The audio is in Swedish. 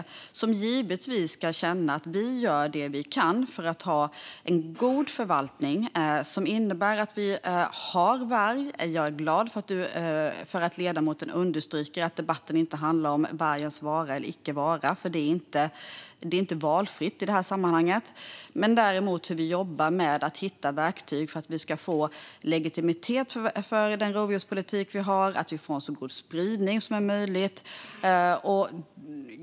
De ska givetvis känna att vi gör det vi kan för att ha en god förvaltning som innebär att vi har varg. Jag är glad för att ledamoten understryker att debatten inte handlar om vargens vara eller icke vara, för det är inte valfritt i sammanhanget. Det handlar däremot om hur vi jobbar med att hitta verktyg för att få legitimitet för den rovdjurspolitik som vi har och att vi får en så god spridning som möjligt.